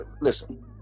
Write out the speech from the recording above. listen